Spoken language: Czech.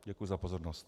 Děkuji za pozornost.